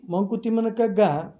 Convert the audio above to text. ಮಂಕುತಿಮ್ಮನ ಕಗ್ಗ